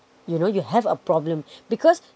you know you have a problem because